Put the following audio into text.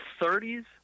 30s